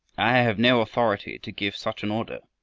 i have no authority to give such an order,